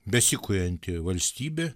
besikurianti valstybė